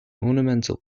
ornamental